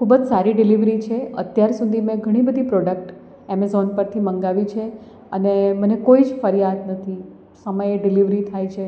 ખૂબ જ સારી ડિલેવરી છે અત્યાર સુધી મેં ઘણી બધી પ્રોડક્ટ એમેઝોન પરથી મંગાવી છે અને મને કોઈ જ ફરિયાદ નથી સમયે ડિલેવરી થાય છે